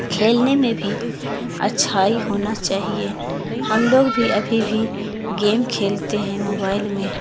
کھیلنے میں بھی اچھائی ہونا چاہیے ہم لوگ بھی ابھی بھی گیم کھیلتے ہیں موبائل میں